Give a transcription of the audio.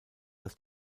das